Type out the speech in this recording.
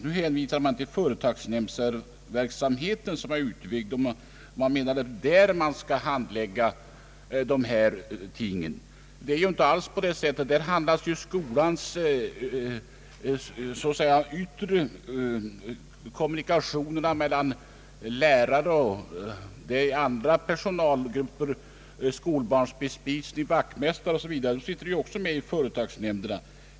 Nu hänvisar man till företagsnämndsverksamheten, som har byggts ut, och man menar att det är där dessa ting skall handläggas. Det är inte alls på det sättet. Där handläggs kommunikationerna mellan lärare och andra personalgrupper, skolbarnsbespisning m.m. Vaktmästare och andra sitter också med 1 företagsnämnderna.